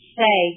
say